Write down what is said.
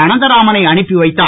அனந்தராமனை அனுப்பி வைத்தார்